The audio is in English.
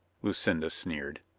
lucinda sneered.